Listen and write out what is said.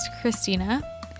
Christina